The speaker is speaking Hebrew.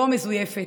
לא המזויפת,